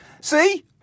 See